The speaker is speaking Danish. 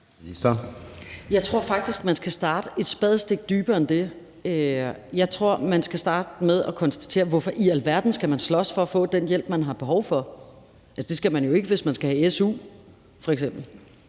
Jeg tror faktisk, man skal starte et spadestik dybere end det. Jeg tror, man skal starte med at spørge: Hvorfor i alverden skal man slås for at få den hjælp, man har behov for? Det skal man jo ikke, hvis man skal have su, f.eks.